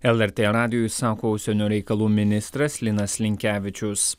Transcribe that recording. lrt radijui sako užsienio reikalų ministras linas linkevičius